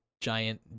giant